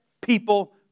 people